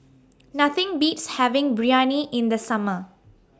Nothing Beats having Biryani in The Summer